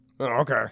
Okay